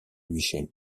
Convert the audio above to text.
michel